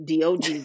Dog